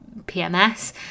PMS